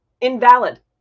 invalid